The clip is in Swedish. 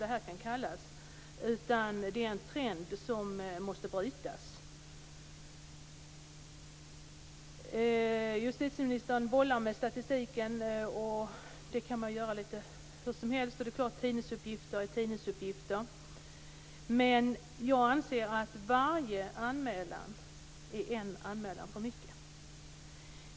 I stället ser vi här en trend som måste brytas. Justitieministern bollar med statistiken, och det kan man ju göra lite hur som helst men det är klart att tidningsuppgifter är tidningsuppgifter. Jag anser dock att varje anmälan är en anmälan för mycket.